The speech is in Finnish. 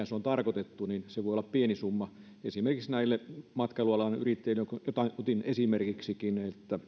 se on tarkoitettu se voi olla pieni summa esimerkiksi näillä matkailualan yrittäjillä joita otin esimerkiksikin